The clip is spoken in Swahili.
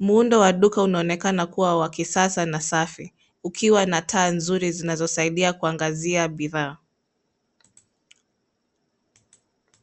Muundo wa duka unaonekana kuwa wa kisasa na safi ukiwa na taa nzuri zinazosaidia kuangazia bidhaa.